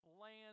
land